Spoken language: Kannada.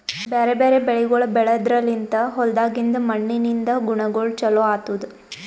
ಬ್ಯಾರೆ ಬ್ಯಾರೆ ಬೆಳಿಗೊಳ್ ಬೆಳೆದ್ರ ಲಿಂತ್ ಹೊಲ್ದಾಗಿಂದ್ ಮಣ್ಣಿನಿಂದ ಗುಣಗೊಳ್ ಚೊಲೋ ಆತ್ತುದ್